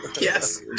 yes